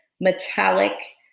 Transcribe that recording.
metallic